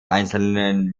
einzelnen